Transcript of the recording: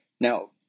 Now